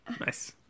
Nice